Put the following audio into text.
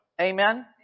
Amen